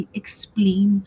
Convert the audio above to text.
explain